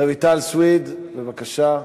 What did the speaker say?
רויטל סויד, בבקשה.